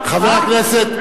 חבר הכנסת,